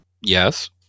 Yes